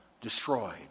destroyed